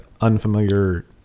unfamiliar